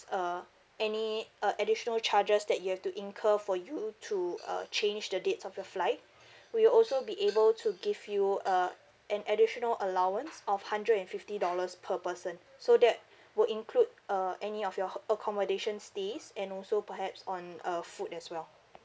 uh any uh additional charges that you have to incur for you to uh change the date of your flight we'll also be able to give you uh an additional allowance of hundred and fifty dollars per person so that would include uh any of your hot~ accommodation stays and also perhaps on uh food as well